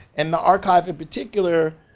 and the archive in particular,